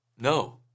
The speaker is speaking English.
No